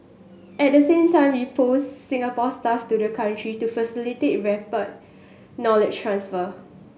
at the same time we posted Singapore staff to the country to facilitate rapid knowledge transfer